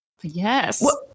Yes